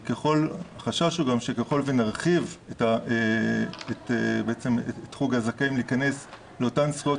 החשש הוא גם שככל שנרחיב וניתן להיכנס לאותן זכויות,